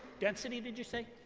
density, did you say?